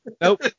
Nope